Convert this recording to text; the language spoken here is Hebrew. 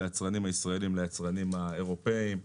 היצרנים הישראלים ליצרנים האירופאים,